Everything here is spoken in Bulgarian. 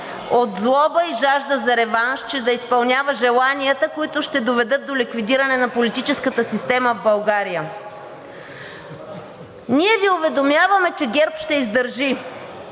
от злоба и жажда за реванш, че да изпълнява желанията, които ще доведат до ликвидиране на политическата система в България. Ние Ви уведомяваме, че ГЕРБ ще издържи.